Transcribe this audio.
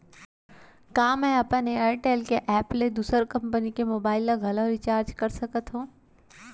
का मैं अपन एयरटेल के एप ले दूसर कंपनी के मोबाइल ला घलव रिचार्ज कर सकत हव?